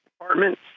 Department